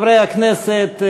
חברי הכנסת,